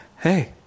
Hey